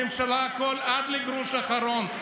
נבטל הכול בממשלה עד לגרוש האחרון.